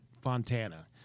Fontana